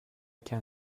can